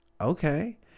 Okay